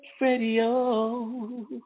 Radio